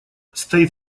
стоит